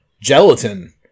gelatin